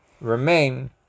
remain